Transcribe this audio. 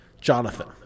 Jonathan